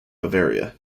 bavaria